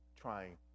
trying